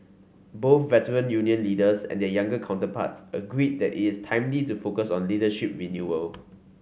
both veteran union leaders and their younger counterparts agreed that it's timely to focus on leadership renewal